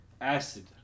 acid